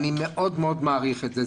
אני מאוד מאוד מעריך את זה.